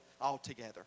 altogether